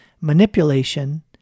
Manipulation